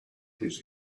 his